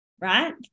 Right